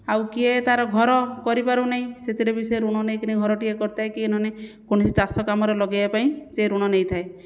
ଆଉ କିଏ ତାର ଘର କରିପାରୁନାହିଁ ସେଥିରେ ବି ସେ ଋଣ ନେଇକିନି ଘରଟିଏ କରିଥାଏ କି ନହେଲେ କୌଣସି ଚାଷ କାମରେ ଲଗେଇବା ପାଇଁ ସେ ଋଣ ନେଇଥାଏ